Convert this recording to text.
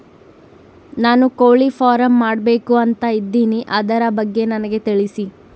ನಾನು ಕೋಳಿ ಫಾರಂ ಮಾಡಬೇಕು ಅಂತ ಇದಿನಿ ಅದರ ಬಗ್ಗೆ ನನಗೆ ತಿಳಿಸಿ?